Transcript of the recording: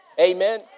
Amen